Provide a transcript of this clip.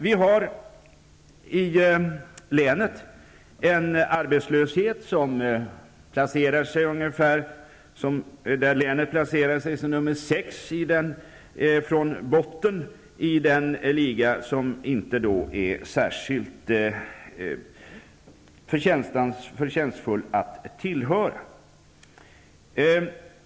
Vi har i länet en arbetslöshet som gör att länet placerar sig som nr 6 från botten i den liga som det inte är särskilt förtjänstfullt att tillhöra.